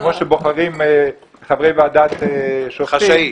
כמו שבוחרים חברי ועדת --- חשאי.